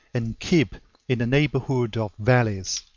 and keep in the neighborhood of valleys.